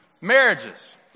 marriages